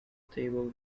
table